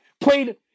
played